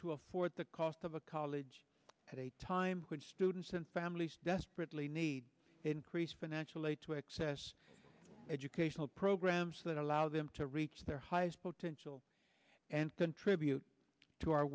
to afford the cost of a college at a time when students and families desperately need increased financial aid to access educational programs that allow them to reach their highest potential and contribute to our